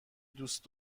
دوست